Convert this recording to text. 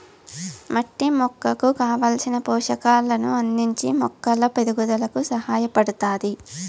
మట్టి మొక్కకు కావలసిన పోషకాలను అందించి మొక్కల పెరుగుదలకు సహాయపడుతాది